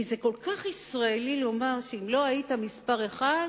כי זה כל כך ישראלי לומר שאם לא היית מספר אחת,